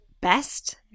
best